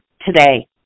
today